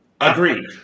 Agreed